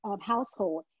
household